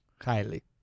Highly